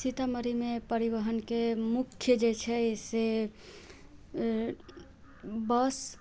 सीतामढ़ीमे परिवहनके मुख्य जे छै से बस